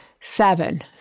Seven